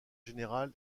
général